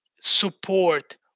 support